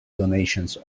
donations